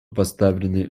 поставлены